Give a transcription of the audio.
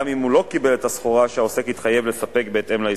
גם אם הוא לא קיבל את הסחורה שהעוסק התחייב לספק בהתאם לעסקה.